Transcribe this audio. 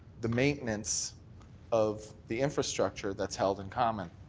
the maintenance of the infrastructure that's held in common?